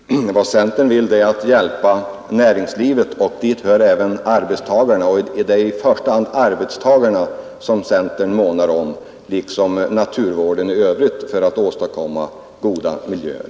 Herr talman! Vad centern vill är att hjälpa till att lösa miljöfrågorna. Det är i första hand arbetstagarna som centern här månar om — när det gäller att åstadkomma goda miljöer.